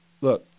Look